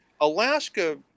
Alaska